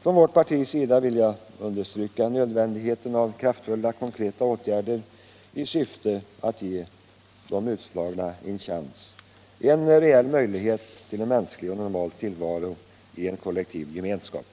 Från vårt partis sida vill jag understryka nödvändigheten av kraftfulla, konkreta åtgärder i syfte att ge de utslagna en chans, en reell möjlighet till mänsklig, normal tillvaro i en kollektiv gemenskap.